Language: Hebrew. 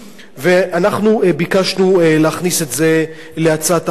ואנחנו ביקשנו להכניס את זה להצעת החוק.